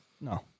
No